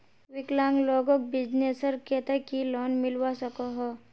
विकलांग लोगोक बिजनेसर केते की लोन मिलवा सकोहो?